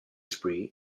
spree